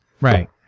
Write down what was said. Right